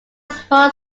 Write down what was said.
small